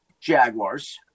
Jaguars